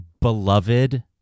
beloved